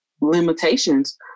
limitations